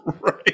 Right